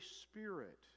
Spirit